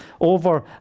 over